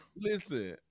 Listen